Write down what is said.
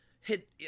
hit